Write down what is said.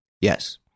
Yes